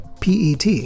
PET